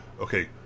okay